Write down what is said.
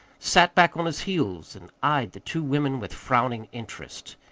sat back on his heels and eyed the two women with frowning interest.